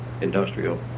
industrial